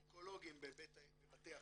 14 אונקולוגים בבתי החולים.